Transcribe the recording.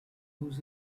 lose